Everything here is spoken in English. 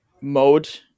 mode